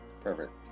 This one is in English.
Perfect